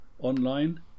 online